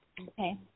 Okay